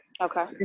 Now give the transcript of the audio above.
Okay